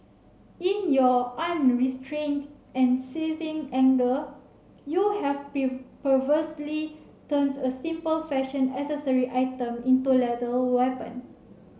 in your unrestrained and seething anger you have perversely turned a simple fashion accessory item into a lethal weapon